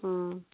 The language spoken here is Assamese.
অঁ